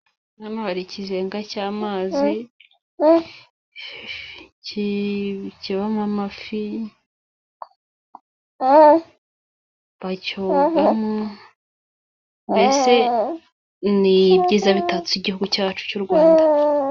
Hano hari ikizenga cy'amazi kibamo amafi, bacyogamo, mbese ni ibyiza bitatse Igihugu cyacu cy'u Rwanda.